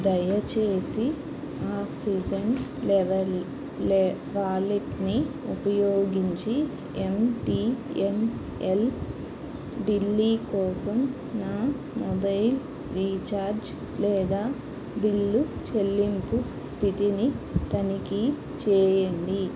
దయచేసి oxygen level వాలెట్ని ఉపయోగించి M T N L Delhi కోసం నా మొబైల్ రీఛార్జ్ లేదా బిల్లు చెల్లింపు స్థితిని తనిఖీ చేయండి